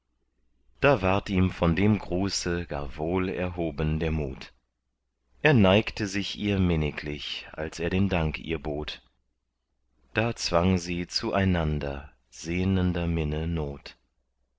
da ward ihm von dem gruße gar wohl erhoben der mut er neigte sich ihr minniglich als er den dank ihr bot da zwang sie zueinander sehnender minne not